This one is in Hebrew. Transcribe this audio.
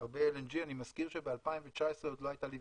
בהרבה LNG. אני מזכיר שב-2019 עוד לא הייתה לוויתן,